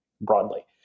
broadly